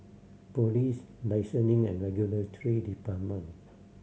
Police Licensing and Regulatory Department